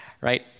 right